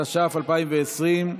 התש"ף 2020,